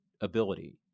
ability